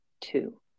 two